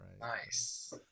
Nice